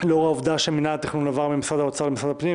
לאור העובדה שמינהל התכנון עבר ממשרד האוצר למשרד הפנים.